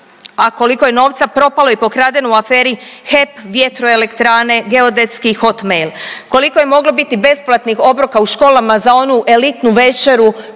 a koliko je novca propalo i pokradeno u aferi HEP, Vjetroelektrane, geodetski hot mail, koliko je moglo biti besplatnih obroka u školama za onu elitnu večeru